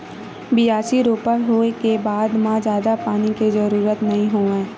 बियासी, रोपा होए के बाद म जादा पानी के जरूरत नइ होवय